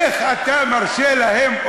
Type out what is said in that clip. איך אתה מרשה להם,